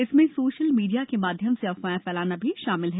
इसमें social media के माध्यम से अफवाहें फैलाना भी शामिल है